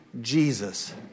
Jesus